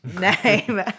name